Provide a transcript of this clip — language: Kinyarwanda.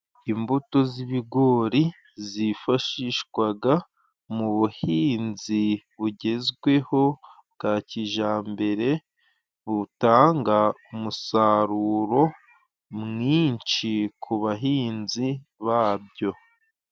Imbuto z'ibigori zifashishwaga mu buhinzi bugezweho bwa kijambere butanga umusaruro mwinshi ku bahinzi babyo.